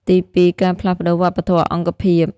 ទីពីរ ការផ្លាស់ប្ដូរវប្បធម៌អង្គភាព។